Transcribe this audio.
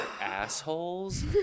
assholes